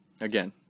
again